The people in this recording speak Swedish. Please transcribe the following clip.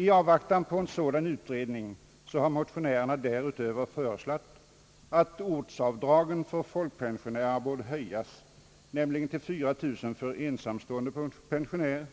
I avvaktan på en sådan utredning hade motionärerna därutöver föreslagit att ortsavdragen för folkpensionärerna borde höjas, nämligen till 4 000 kronor för ensamstående pensionär,